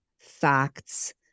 facts